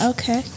Okay